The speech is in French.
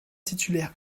titulaire